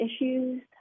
issues